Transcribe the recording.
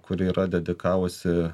kuri yra dedikavusi